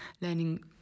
learning